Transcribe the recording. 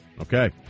Okay